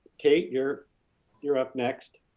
kate, you're you're up next.